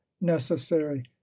necessary